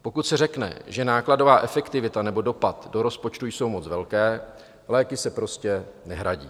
Pokud se řekne, že nákladová efektivita nebo dopad do rozpočtu jsou moc velké, léky se prostě nehradí.